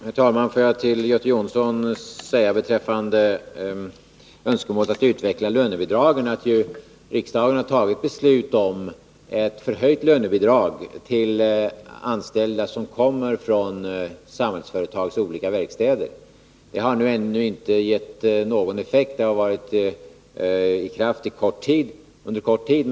Herr talman! Får jag till Göte Jonsson säga, beträffande önskemålet att utveckla lönebidragen, att riksdagen har fattat ett beslut om ett förhöjt lönebidrag till anställda som kommer från Samhällsföretags olika verkstäder. Det har ännu inte gett någon effekt, det har varit i kraft under kort tid.